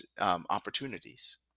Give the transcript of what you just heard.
opportunities